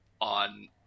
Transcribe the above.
on